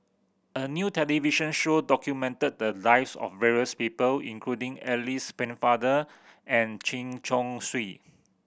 a new television show documented the lives of various people including Alice Pennefather and Chen Chong Swee